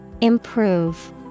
Improve